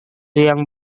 yang